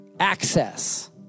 Access